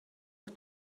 auf